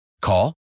Call